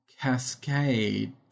cascade